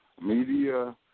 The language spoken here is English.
Media